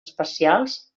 espacials